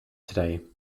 today